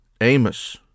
Amos